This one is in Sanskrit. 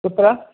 कुत्र